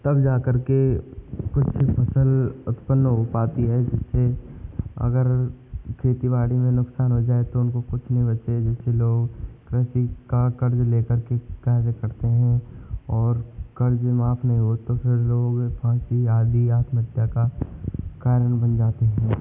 तब जा करके कुछ फ़सल उत्पन्न हो पाती है जिससे अगर खेती बाड़ी में नुक़सान हो जाए तो उनको कुछ नहीं बचे जिससे लोग कृषि का क़र्ज़ लेकर के कार्य करते हैं और क़र्ज़ माफ़ नहीं हो तो फिर लोग फाँसी आदि आत्महत्या का कारण बन जाते हैं